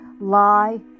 lie